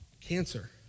cancer